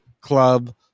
club